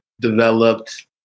developed